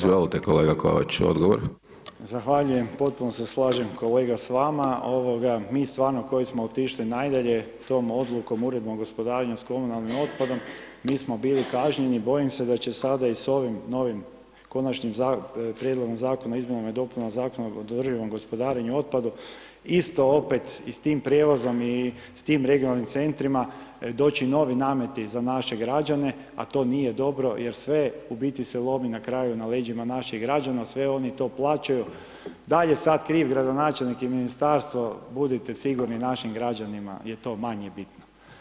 Zahvaljujem, potpuno se slažem kolega s vama, mi stvarno koji smo otišli najdalje tom odlukom, Uredbom o gospodarenju s komunalnim otpadom, mi smo bili kažnjeni, bojim se da će sada i s ovim novim Prijedlogom zakona o izmjenama i dopunama zakona o održivom gospodarenjem otpadom isto opet i s tim prijevozom i s tim regionalnim centrima, doći novi nameti za naše građane a to nije dobro, jer u biti se lomi na kraju na leđima naših građana, sve oni to plaćaju, da li je sad kriv gradonačelnik i Ministarstvo, budite sigurni našim građanima je to manje bitno.